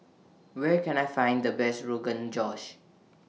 Where Can I Find The Best Rogan Josh